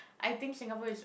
I think Singapore is